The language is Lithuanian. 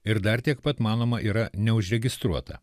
ir dar tiek pat manoma yra neužregistruota